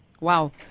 Wow